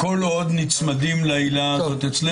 כל עוד נצמדים לעילה הזאת אצלנו.